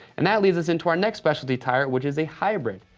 and that leads us into our next specialty tire, which is a hybrid.